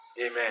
Amen